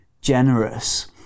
generous